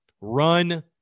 Run